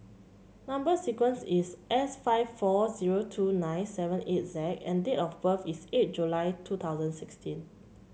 number sequence is S five four zero two nine seven eight Z and date of birth is eight July two thousand sixteen